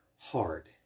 hard